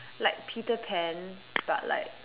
like Peter pan but like